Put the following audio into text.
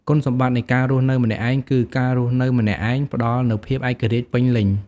គុណសម្បត្តិនៃការរស់នៅម្នាក់ឯងគឺ ការរស់នៅម្នាក់ឯងផ្ដល់នូវភាពឯករាជ្យភាពពេញលេញ។